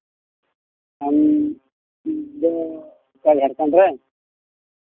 ᱟᱢ ᱫᱚ ᱚᱠᱟ ᱡᱷᱟᱲᱠᱷᱚᱸᱰ ᱨᱮᱱ